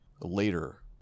later